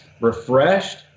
refreshed